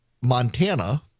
Montana